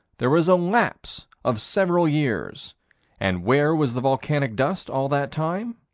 there was a lapse of several years and where was the volcanic dust all that time?